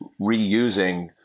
reusing